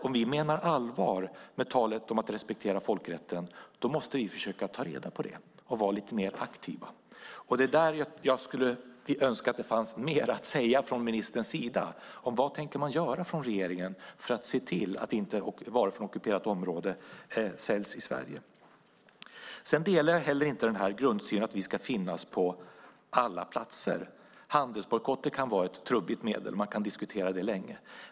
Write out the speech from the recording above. Om vi menar allvar med talet om att respektera folkrätten måste vi försöka ta reda på det och vara lite mer aktiva. Det är där jag skulle önska att ministern hade mer att säga om vad regeringen tänker göra för att se till att inte varor från ockuperat område säljs i Sverige. Sedan delar jag inte heller grundsynen att vi ska finnas på alla platser. Handelsbojkotter kan vara ett trubbigt medel. Man kan diskutera det länge.